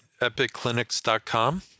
epicclinics.com